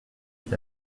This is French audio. est